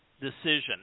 decision